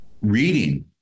reading